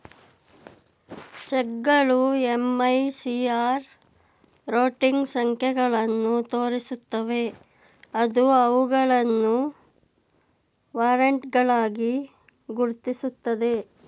ಚೆಕ್ಗಳು MICR routing ಸಂಖ್ಯೆಗಳನ್ನು ತೋರಿಸುತ್ತವೆ ಅದು ಅವುಗಳನ್ನು ವಾರೆಂಟ್ಗಳಾಗಿ ಗುರುತಿಸುತ್ತದೆ